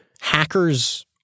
hackers